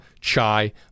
chai